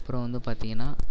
அப்புறோம் வந்து பார்த்தீங்கன்னா